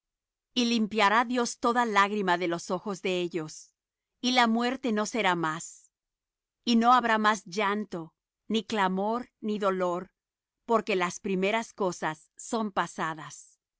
y limpiará dios toda lágrima de los ojos de ellos y la muerte no será más y no habrá más llanto ni clamor ni dolor porque las primeras cosas son pasadas